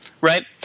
right